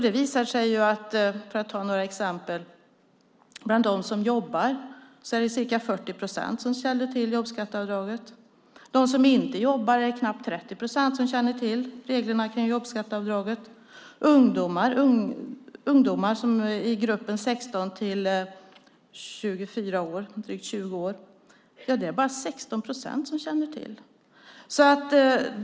Det visar sig, för att ta några exempel, att bland dem som jobbar är det ca 40 procent som känner till jobbskatteavdraget, bland dem som inte jobbar är det knappt 30 procent som känner till reglerna kring jobbskatteavdraget och bland ungdomar i gruppen 16-24 år är det bara 16 procent som känner till dem.